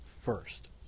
first